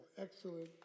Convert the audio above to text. excellent